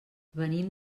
venim